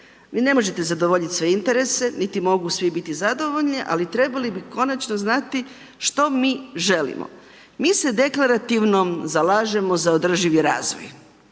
Vi ne možete zadovoljit sve interese, niti mogu svi biti zadovoljni, ali trebali bi konačno znati što mi želimo. Mi se deklarativno zalažemo za održivi razvoj.